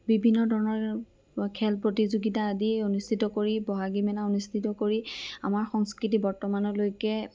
বিভিন্ন ধৰণৰ খেল প্ৰতিযোগিতা আদি অনুষ্ঠিত কৰি ব'হাগী মেলা অনুষ্ঠিত কৰি আমাৰ সংস্কৃতি বৰ্তমানলৈকে